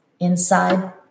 Inside